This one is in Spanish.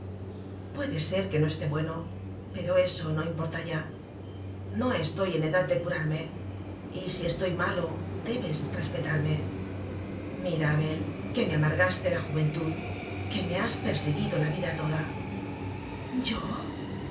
puede ser que no esté bueno pero eso no importa ya no estoy en edad de curar me y si estoy malo debes respetarme mira abel que me amargaste la juventud que me has perseguido la vida toda yo